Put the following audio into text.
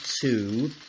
two